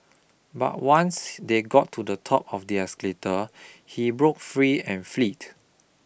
but once they got to the top of the escalator he broke free and fled